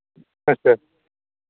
अच्छा